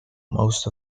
most